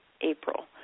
april